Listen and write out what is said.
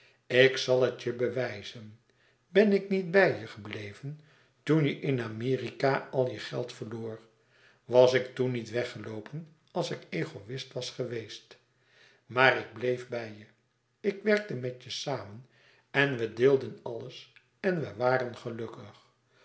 ik zal het je bewijzen ben ik niet bij je gebleven toen je in amerika al je geld verloor was ik toen niet weggeloopen als ik egoïst was geweest maar ik bleef bij je ik werkte met je samen en we deelden alles en we waren gelukkig